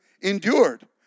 endured